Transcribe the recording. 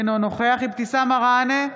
אינו נוכח אבתיסאם מראענה,